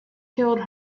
killed